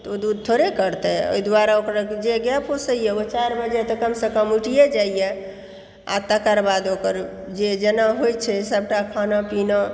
ओ दूध थोड़े करतै अय दुआरे जे गाय पोसै ओ चारि बजे तऽ कम सँ कम उठियै जाइ यऽ आओर तकर बाद ओकर जे जेना होए छै सबटा खाना पीना